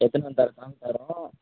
எடுத்துன்னு வந்து தரதுனாலும் தரோம்